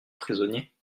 prisonnier